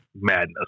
madness